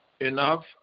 enough